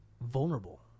vulnerable